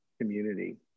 community